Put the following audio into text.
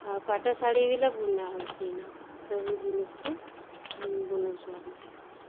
ଆଉ ପାଟ ଶାଢ଼ୀ ବିଲ ବୁନା ହେଉଛି ଇନ ସବୁ ଜିନିଷ୍ କେ ବୁନୁଛୁଁ ଆମେ